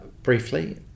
Briefly